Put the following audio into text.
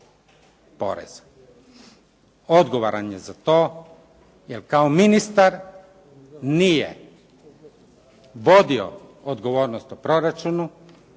poreza. Odgovoran je za to. Jer kao ministar nije vodio odgovornost o proračunu,